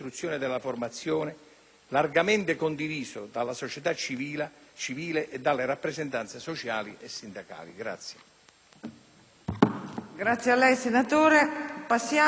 largamente condiviso dalla società civile e dalle rappresentanze sociali e sindacali; quali